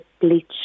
bleach